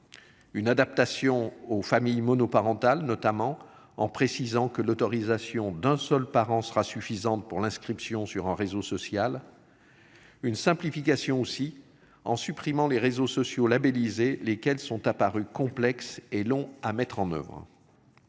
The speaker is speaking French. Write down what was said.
Une adaptation aux familles monoparentales, notamment en précisant que l'autorisation d'un seul parent sera suffisante pour l'inscription sur un réseau social. Une simplification aussi en supprimant les réseaux sociaux labellisé, lesquels sont apparus complexe et long à mettre en oeuvre.